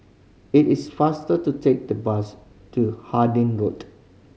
it is faster to take the bus to Harding Road